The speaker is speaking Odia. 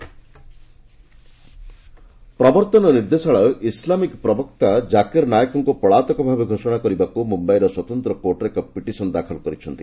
ଇଡି ଜାକିର୍ ନାୟକ ପ୍ରବର୍ତ୍ତନ ନିର୍ଦ୍ଦେଶାଳୟ ଇସଲାମିକ୍ ପ୍ରବକ୍ତା ଜାକିର ନାୟକଙ୍କୁ ପଳାତକ ଭାବେ ଘୋଷଣା କରିବାକୁ ମୁମ୍ଭାଇର ସ୍ୱତନ୍ତ୍ର କୋର୍ଟରେ ଏକ ପିଟିସନ୍ ଦାଖଲ କରିଛନ୍ତି